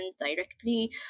directly